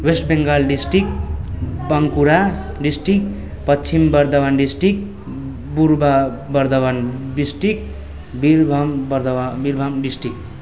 West Bengal district Bankura district Paschim Bardhaman district Purba Bardhaman district Birbhum Bardhaman Birbhum district